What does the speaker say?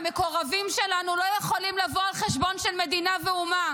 המקורבים שלנו לא יכולים לבוא על חשבון של מדינה ואומה.